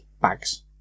bags